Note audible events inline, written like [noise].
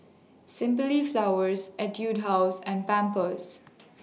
Simply Flowers Etude House and Pampers [noise]